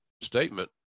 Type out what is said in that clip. statement